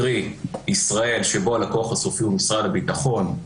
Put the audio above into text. קרי: ישראל שבה הלקוח הסופי הוא משרד הביטחון,